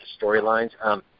storylines